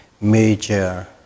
major